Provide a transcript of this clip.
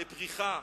לפריחה,